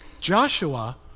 Joshua